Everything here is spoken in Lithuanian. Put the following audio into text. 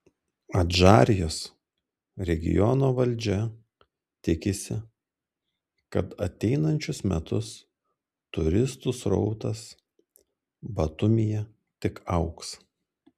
adžarijos regiono valdžia tikisi kad ateinančius metus turistų srautas batumyje tik augs